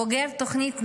בוגר תוכנית נעל"ה,